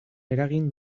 eragin